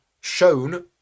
shown